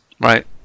right